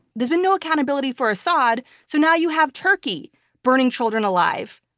there's been no accountability for assad, so now you have turkey burning children alive,